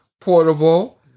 portable